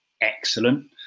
excellent